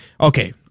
Okay